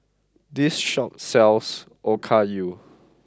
this shop sells Okayu